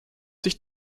sich